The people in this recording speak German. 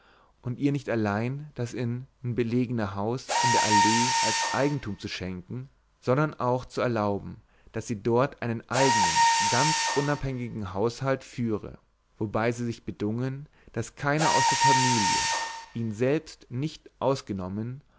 und ihr nicht allein das in n belegne haus in der allee als eigentum zu schenken sondern auch zu erlauben daß sie dort einen eignen ganz unabhängigen haushalt führe wobei sie sich bedungen daß keiner aus der familie ihn selbst nicht ausgenommen